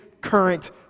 current